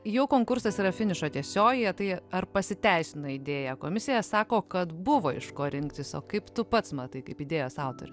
jau konkursas yra finišo tiesiojoje tai ar pasiteisino idėja komisija sako kad buvo iš ko rinktis o kaip tu pats matai kaip idėjos autorius